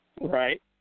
Right